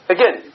Again